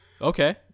Okay